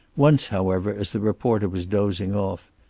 once, however, as the reporter was dozing off,